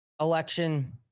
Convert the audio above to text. election